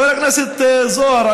חבר הכנסת זוהר,